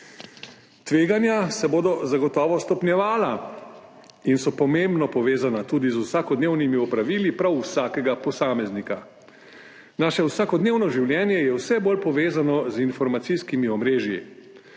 Tveganja se bodo zagotovo stopnjevala in so pomembno povezana tudi z vsakodnevnimi opravili prav vsakega posameznika. Naše vsakodnevno življenje je vse bolj povezano z informacijskimi omrežji.